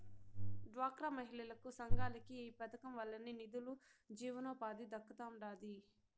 డ్వాక్రా మహిళలకి, సంఘాలకి ఈ పదకం వల్లనే నిదులు, జీవనోపాధి దక్కతండాడి